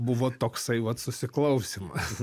buvo toksai vat susiklausymas